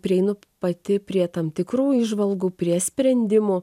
prieinu pati prie tam tikrų įžvalgų prie sprendimų